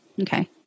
Okay